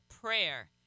prayer